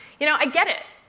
you know, i get it.